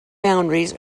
boundaries